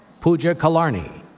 pooja kulkarni,